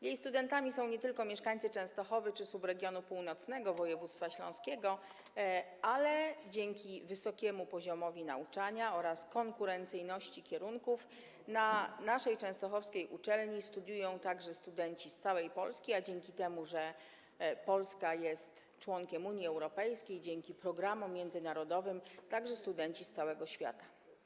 Jej studentami są nie tylko mieszkańcy Częstochowy czy północnego subregionu województwa śląskiego, ale ze względu na wysoki poziom nauczania oraz konkurencyjność kierunków na naszej częstochowskiej uczelni studiują także studenci z całej Polski, a dzięki temu, że Polska jest członkiem Unii Europejskiej, dzięki programom międzynarodowym - także studenci z całego świata.